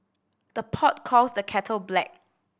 the pot calls the kettle black